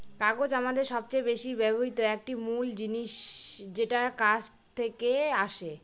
কাগজ আমাদের সবচেয়ে বেশি ব্যবহৃত একটি মূল জিনিস যেটা কাঠ থেকে আসে